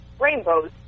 rainbows